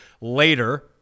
later